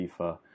FIFA